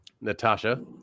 Natasha